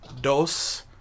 Dos